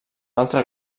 altre